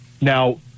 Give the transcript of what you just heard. Now